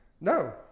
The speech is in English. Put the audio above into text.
No